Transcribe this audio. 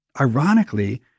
ironically